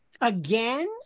Again